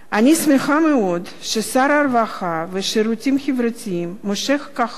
אני שמחה מאוד ששר הרווחה והשירותים החברתיים משה כחלון